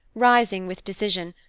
rising with decision,